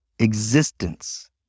existence